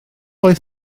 oedd